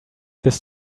this